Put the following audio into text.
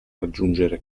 raggiungere